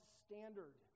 standard